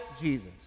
Jesus